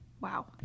Wow